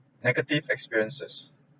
negative experiences